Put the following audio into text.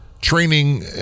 training